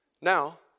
Now